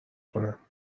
کنم